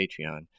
Patreon